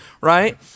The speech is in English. right